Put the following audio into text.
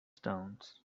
stones